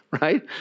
right